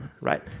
Right